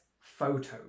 photos